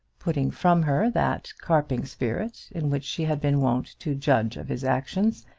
putting from her that carping spirit in which she had been wont to judge of his actions,